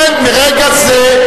אין מרגע זה,